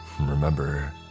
Remember